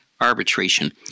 Arbitration